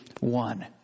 One